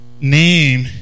name